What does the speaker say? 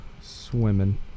swimming